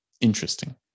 interesting